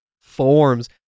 forms